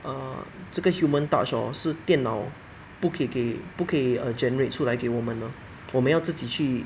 err 这个 human touch hor 是电脑不可以给不可以 err generate 出来给我们的我们要自己去